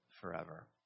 forever